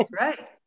Right